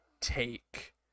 take